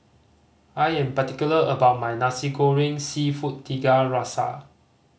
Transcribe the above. I am particular about my Nasi Goreng Seafood Tiga Rasa